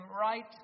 right